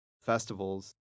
festivals